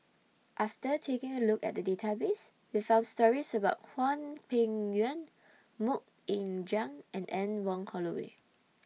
after taking A Look At The Database We found stories about Hwang Peng Yuan Mok Ying Jang and Anne Wong Holloway